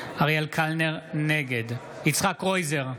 קלנר, נגד יצחק קרויזר,